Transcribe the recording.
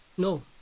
No